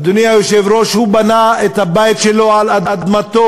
אדוני היושב-ראש, הוא בנה את הבית שלו על אדמתו,